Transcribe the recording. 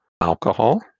alcohol